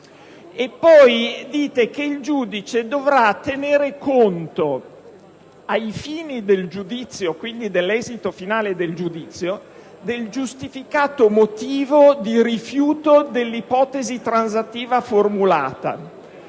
e poi dite che il giudice dovrà tenere conto, ai fini della sentenza, e quindi dell'esito finale del giudizio, del giustificato motivo di rifiuto dell'ipotesi transattiva formulata.